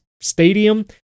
stadium